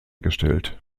gestellt